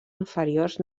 inferiors